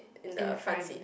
in the front seat